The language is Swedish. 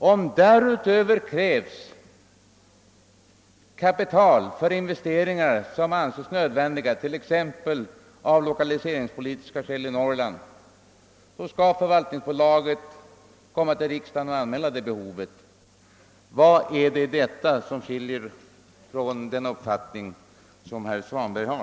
Om det därutöver krävs kapital för investeringar som änses nödvändiga, t.ex. av lokaliseringspolitiska skäl i Norrland, skall förvaltningsbolaget komma till riksdagen och redovisa det behovet. Vad är det i detta som skiljer sig från den uppfattning som herr Svanberg har?